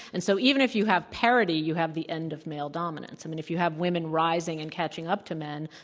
and so, even if you have parity, you have the end of male dominance. i mean, if you have women rising and catching up to men,